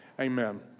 Amen